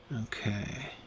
Okay